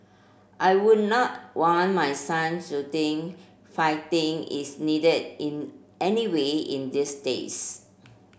I would not want my son to think fighting is needed in any way in these days